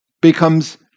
becomes